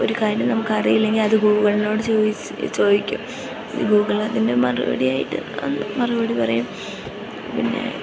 ഒരു കാര്യം നമുക്കറിയില്ലെങ്കിൽ അത് ഗൂഗിളിനോട് ചോദിച്ച് ചോദിക്കും ഗൂഗിൾ അതിൻ്റെ മറുപടിയായിട്ട് മറുപടി പറയും പിന്നേ